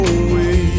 away